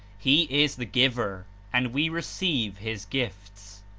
he is the giver, and we receive his gifts.